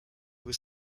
was